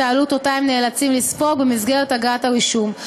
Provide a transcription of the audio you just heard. העלות שהם נאלצים לספוג במסגרת אגרת הרישום.